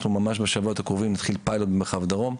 אנחנו ממש בשבועות הקרובים נתחיל פיילוט במרחב דרום.